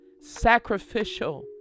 sacrificial